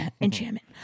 Enchantment